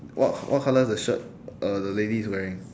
what what colour is the shirt uh the lady is wearing